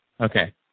Okay